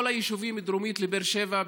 כל היישובים דרומית לבאר שבע,